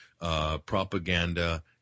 propaganda